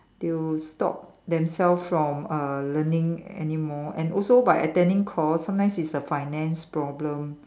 they will stop themselves from uh learning anymore and also by attending course sometimes it's a finance problem